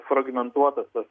fragmentuotas tas